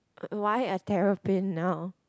why a terrapin now